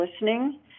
listening